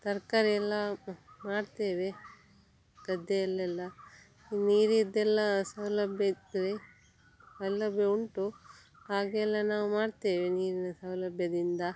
ತರಕಾರಿ ಎಲ್ಲ ಮಾಡ್ತೇವೆ ಗದ್ದೆಯಲ್ಲೆಲ್ಲ ನೀರಿಂದೆಲ್ಲ ಸೌಲಭ್ಯ ಇದ್ದರೆ ಸೌಲಭ್ಯ ಉಂಟು ಹಾಗೆಲ್ಲ ನಾವು ಮಾಡ್ತೇವೆ ನೀರಿನ ಸೌಲಭ್ಯದಿಂದ